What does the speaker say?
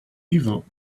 evil